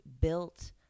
built